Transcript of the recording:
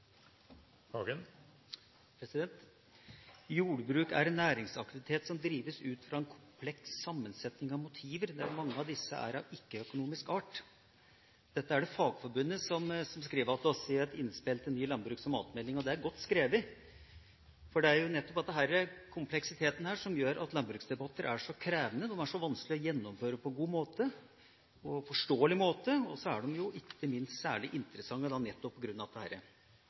en næringsaktivitet som drives utifra en kompleks sammensetning av motiver, der mange av disse er av ikke-økonomisk art.» Dette er det Fagforbundet som skriver til oss i et innspill til ny landbruks- og matmelding. Det er godt skrevet, for det er nettopp denne kompleksiteten som gjør at landbruksdebatter er så krevende, så vanskelig å gjennomføre på en god og en forståelig måte – og så er de ikke minst særlig interessante nettopp